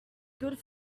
good